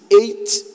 eight